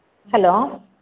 hello